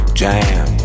jam